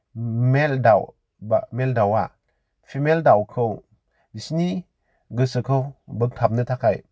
मेल दाउ बा मेल दाउवा फिमेल दाउखौ बिसिनि गोसोखौ बोग्थाबनो थाखाय